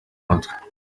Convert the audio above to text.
mutwe